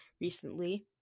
recently